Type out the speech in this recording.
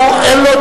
היוצא.